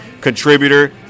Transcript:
contributor